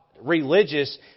religious